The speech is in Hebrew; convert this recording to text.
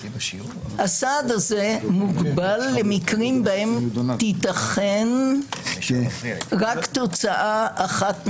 הסעד הזה מוגבל למקרים בהם תיתכן רק תוצאה אחת נכונה.